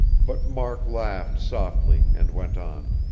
but mark laughed softly, and went on.